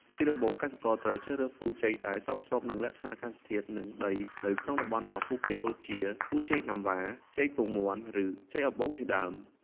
ជាដំបូង កសិករត្រូវជ្រើសរើសពូជចេកដែលសមស្របនឹងលក្ខខណ្ឌអាកាសធាតុ និងដីនៅក្នុងតំបន់របស់ពួកគេ ដូចជា ពូជចេកណាំវ៉ា ចេកពងមាន់ ឬចេកអំបូងជាដើម។